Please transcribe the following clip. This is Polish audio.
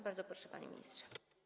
Bardzo proszę, panie ministrze.